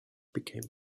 became